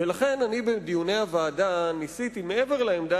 ולכן בדיוני הוועדה ניסיתי מעבר לעמדה